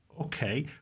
okay